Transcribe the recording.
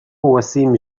وسيم